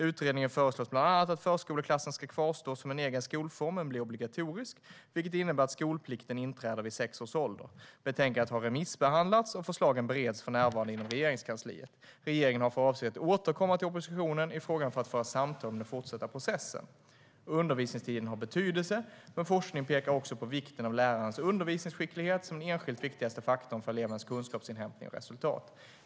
Utredningen föreslår bland annat att förskoleklassen ska kvarstå som en egen skolform men bli obligatorisk, vilket innebär att skolplikten inträder vid sex års ålder. Betänkandet har remissbehandlats, och förslagen bereds för närvarande inom Regeringskansliet. Regeringen har för avsikt att återkomma till oppositionen i frågan för att föra samtal om den fortsatta processen. Undervisningstiden har betydelse, men forskning pekar också på vikten av lärarens undervisningsskicklighet som den enskilt viktigaste faktorn för elevernas kunskapsinhämtning och resultat.